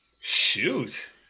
Shoot